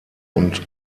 und